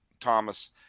Thomas